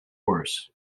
worse